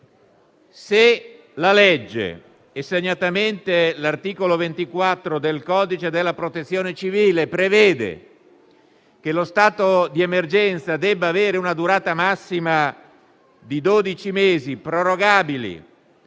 Se la legge - e segnatamente l'articolo 24 del codice della Protezione civile - prevede che lo stato di emergenza debba avere una durata massima di dodici mesi (prorogabili,